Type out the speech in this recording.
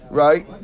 right